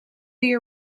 you